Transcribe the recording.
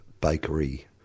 Bakery